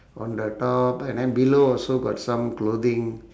on the top and then below also got some clothing